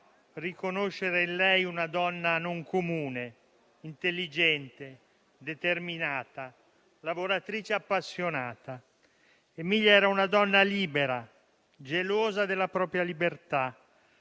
riconoscere in lei una donna non comune, intelligente, determinata, lavoratrice appassionata. Emilia era una donna libera, gelosa della propria libertà.